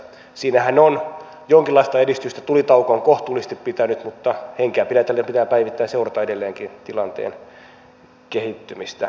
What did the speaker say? siinähän on jonkinlaista edistystä tulitauko on kohtuullisesti pitänyt mutta henkeä pidätellen pitää päivittäin seurata edelleenkin tilanteen kehittymistä